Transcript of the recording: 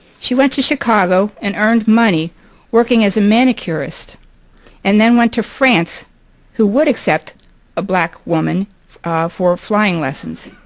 she went to chicago and earned money working as a manicurist and then went to france who would accept a black woman for flying lessons.